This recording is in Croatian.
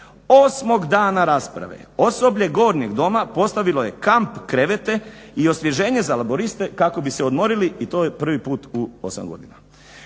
Osmog dana rasprave osoblje Gornjeg doma postavilo je kamp krevete i osvježenje za laburiste kako bi se odmorili i to je prvi put u 8 godina.